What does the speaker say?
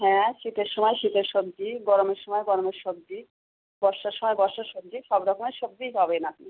হ্যাঁ শীতের সময় শীতের সবজি গরমের সময় গরমের সবজি বর্ষার সময় বর্ষার সবজি সবরকমের সবজিই পাবেন আপনি